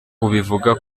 ubivuga